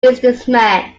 businessman